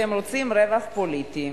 אתם רוצים רווח פוליטי.